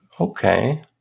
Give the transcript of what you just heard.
Okay